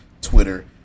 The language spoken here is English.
Twitter